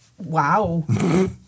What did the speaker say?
Wow